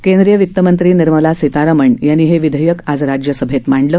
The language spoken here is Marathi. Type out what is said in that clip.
केंद्रीय वित्तमंत्री निर्मला सीतारामण यांनी हे विधेयक आज राज्यसभेत मांडलं